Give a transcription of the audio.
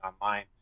online